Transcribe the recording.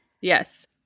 yes